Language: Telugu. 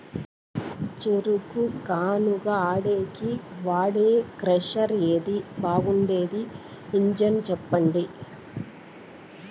చెరుకు గానుగ ఆడేకి వాడే క్రషర్ ఏది బాగుండేది ఇంజను చెప్పండి?